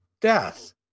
death